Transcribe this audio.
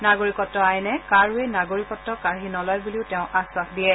নাগৰিকত্ব আইনে কাৰোৱেই নাগৰিকত্ব কাঢ়ি নলয় বুলিও তেওঁ উল্লেখ কৰে